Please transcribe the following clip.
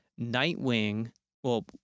Nightwing—well